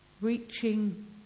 reaching